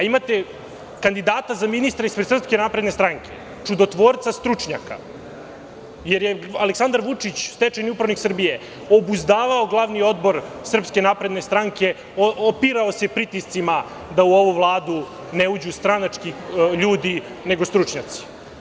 Imate kandidata za ministra ispred SNS, čudotvorca, stručnjaka, jer je Aleksandar Vučić, stečajni upravnik Srbije, obuzdavao Glavni odbor SNS, opirao se pritiscima da u ovu Vladu ne uđu stranački ljudi, nego stručnjaci.